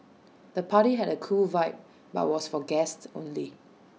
the party had A cool vibe but was for guests only